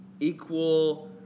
equal